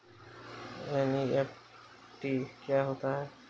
NEFT क्या होता है?